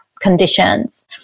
conditions